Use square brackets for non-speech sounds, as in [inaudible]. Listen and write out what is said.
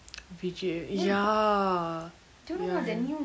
[noise] vijay ya ya ya